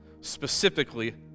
specifically